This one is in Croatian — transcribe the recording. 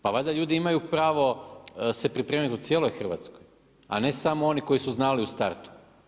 Pa valjda ljudi imaju pravo se pripremiti u cijeloj Hrvatskoj a ne samo oni koji su znali u startu.